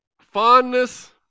Fondness